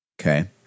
Okay